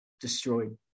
destroyed